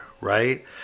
right